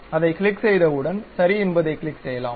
அதைக் கிளிக் செய்தவுடன் சரி என்பதைக் கிளிக் செய்யலாம்